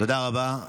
תודה רבה.